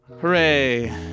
hooray